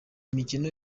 mikino